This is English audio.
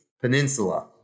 Peninsula